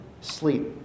sleep